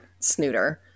snooter